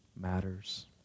matters